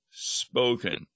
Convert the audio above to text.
spoken